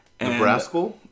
Nebraska